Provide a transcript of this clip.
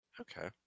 okay